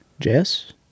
Jess